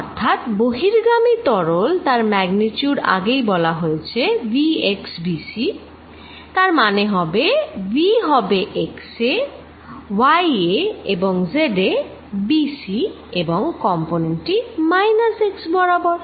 অর্থাৎ বহির্গামী তরল তার ম্যাগনিচিউড আগেই বলা হয়েছে vx b c তার মানে v হবে x এ এবং y এ এবং z এ b c এবং কম্পোনেন্ট টি মাইনাস x বরাবর